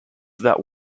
that